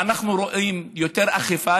ואנחנו רואים יותר אכיפה.